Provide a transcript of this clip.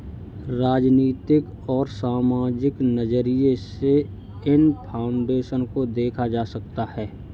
राजनीतिक और सामाजिक नज़रिये से इन फाउन्डेशन को देखा जा सकता है